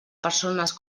persones